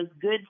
good